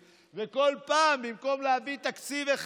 התקציב,